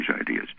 ideas